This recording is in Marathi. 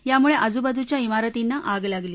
यामुळे आजूबाजुच्या शिरतींना आग लागली